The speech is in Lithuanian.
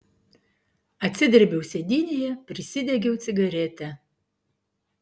atsidrėbiau sėdynėje prisidegiau cigaretę